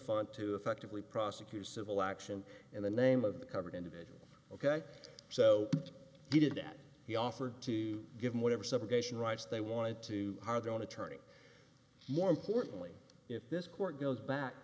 fund to effectively prosecute civil action in the name of the covered individual ok so did that he offered to give him whatever subrogation rights they wanted to hire their own attorney more importantly if this court goes back